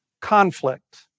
Conflict